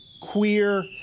Queer